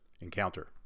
encounter